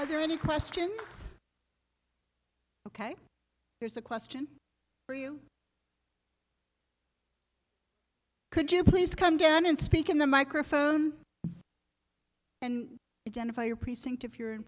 are there any questions ok here's a question for you could you please come down and speak in the microphone and jennifer your precinct if you're in